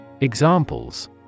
Examples